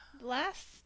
last